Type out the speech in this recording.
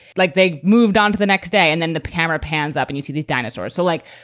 like, they moved on to the next day and then the camera pans up and you see these dinosaurs. so, like,